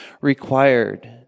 required